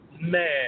man